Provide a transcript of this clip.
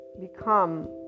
become